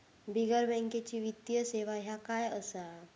बिगर बँकेची वित्तीय सेवा ह्या काय असा?